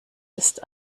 ist